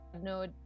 no